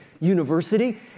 University